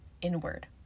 inward